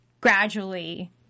gradually